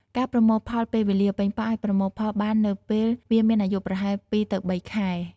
ការប្រមូលផលពេលវេលា ប៉េងប៉ោះអាចប្រមូលផលបាននៅពេលវាមានអាយុប្រហែល ២ ទៅ ៣ ខែ។